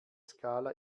skala